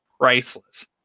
priceless